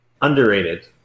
Underrated